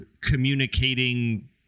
communicating